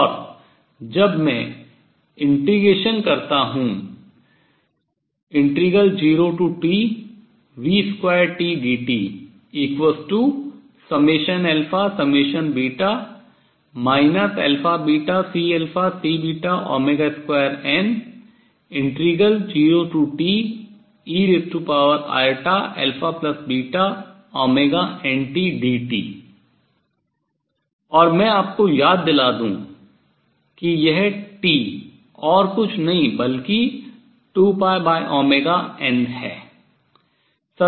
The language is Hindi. और जब मैं integration समाकलन करता हूँ 0Tv2tdt βCC2n0Teintdt और मैं आपको याद दिला दूं कि यह T और कुछ नहीं बल्कि 2 है